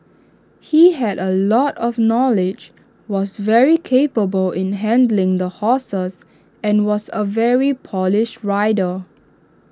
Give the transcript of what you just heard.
he had A lot of knowledge was very capable in handling the horses and was A very polished rider